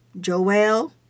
Joel